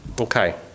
Okay